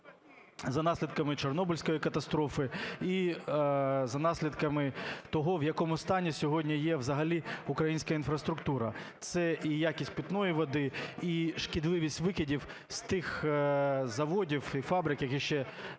за наслідками Чорнобильської катастрофи, і за наслідками того,в якому стані сьогодні є взагалі українська інфраструктура. Це і якість питної води і шкідливість викидів з тих заводів і фабрик, які ще